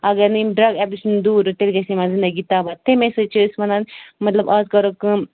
اَگر نہٕ یِم ڈرٛگ اٮ۪بیوٗز نِش دوٗر تیٚلہِ گژھِ یِمَن زنٛدگی تَباہ تَمے سۭتۍ چھِ أسۍ وَنان مطلب آز کَرو کٲم